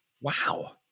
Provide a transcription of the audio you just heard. Wow